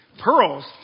Pearls